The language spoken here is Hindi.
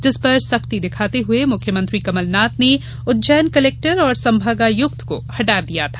जिस पर सख्ती दिखाते हुए मुख्यमंत्री कमलनाथ ने उज्जैन कलेक्टर और संभागायुक्त को हटा दिया था